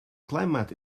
climate